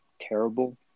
terrible